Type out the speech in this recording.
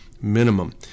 minimum